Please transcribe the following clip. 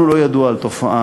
לנו לא ידוע על תופעה